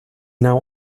now